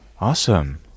Awesome